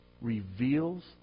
reveals